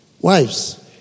Wives